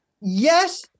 Yes